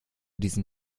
diesem